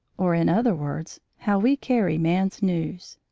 or, in other words, how we carry man's news.